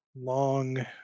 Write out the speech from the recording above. long